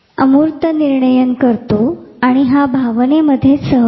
Papez मंडल जर खराब झाले तर तुमचे तात्कालिक अध्ययन आणि भावनिक अध्ययन सुरु राहते